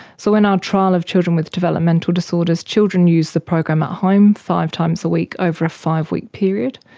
so in our trial of children with developmental disorders, children use the program at home five times a week over a five-week period.